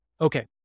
Okay